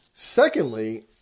Secondly